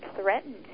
threatened